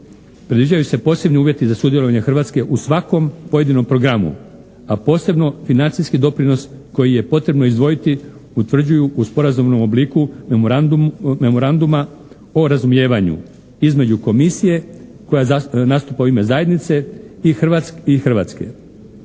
predviđaju se posebni uvjeti za sudjelovanje Hrvatske u svakom pojedinom programu, a posebno financijski doprinos koji je potrebno izdvojiti, utvrđuju u sporazumnom obliku memoranduma o razumijevanju između Komisije koja nastupa u ime Zajednice i Hrvatske.